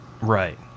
Right